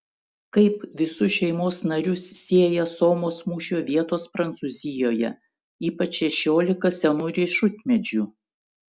kaip visus šeimos narius sieja somos mūšio vietos prancūzijoje ypač šešiolika senų riešutmedžių